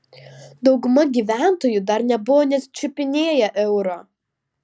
dauguma gyventojų dar nebuvo net čiupinėję euro